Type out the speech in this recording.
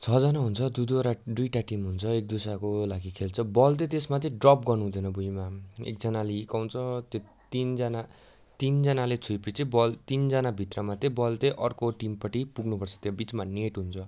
छजना हुन्छ दुई दुईवटा दुइटा टिम हुन्छ एकदुसराको लागि खेल्छ बल चाहिँ त्यसमा चाहिँ ड्रप गर्नु हुँदैन भुइँमा एकजनाले हिर्काउँछ तिनजना तिनजनाले छोएपछि बल तिनजनाभित्रमा चाहिँ बल चाहिँ अर्को टिमपट्टि पुग्नु पर्छ त्यो बिचमा नेट हुन्छ